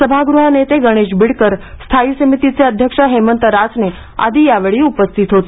सभागृहनेते गणेश बिडकर स्थायी समितीचे अध्यक्ष हेमंत रासने आदी या वेळी उपस्थित होते